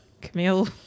Camille